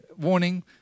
warning